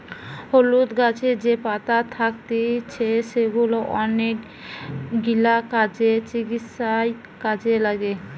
হলুদ গাছের যে পাতা থাকতিছে সেগুলা অনেকগিলা কাজে, চিকিৎসায় কাজে লাগে